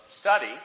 study